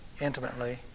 intimately